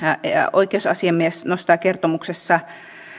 oikeusasiamies nostaa kertomuksessa